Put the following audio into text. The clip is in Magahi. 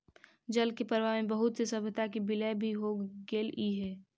जल के प्रवाह में बहुत से सभ्यता के विलय भी हो गेलई